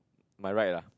my right lah